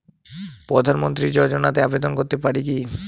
প্রধানমন্ত্রী যোজনাতে আবেদন করতে পারি কি?